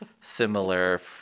similar